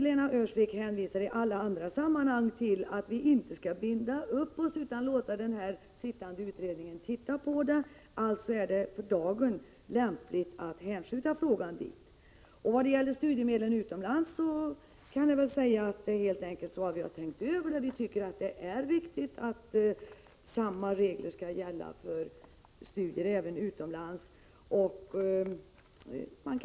Lena Öhrsvik hänvisar i alla andra sammanhang till att vi inte skall binda upp oss, utan låta den sittande utredningen titta på frågan. Alltså är det för dagen lämpligt att hänskjuta frågan dit. Vad gäller studiemedlen utomlands kan jag säga att vi har tänkt över frågan. Vi tycker att det är viktigt att samma regler gäller för studier både hemma och utomlands.